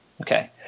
Okay